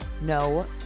No